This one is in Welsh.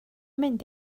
mynd